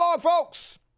folks